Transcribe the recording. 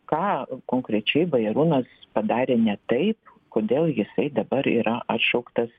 ką konkrečiai bajarūnas padarė ne taip kodėl jisai dabar yra atšauktas